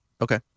Okay